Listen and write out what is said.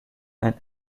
and